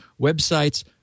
websites